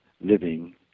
living